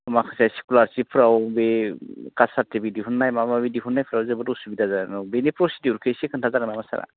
माखासे स्कुलारशिपफ्राव बे कास्ट सारटिफिकेट दिहुननाय माबा माबि दिहुननाय खालाव जोबोर उसुबिदा जादों औ बेनि प्रसिडिउरखौ एसे खोन्थागोन नामा सारा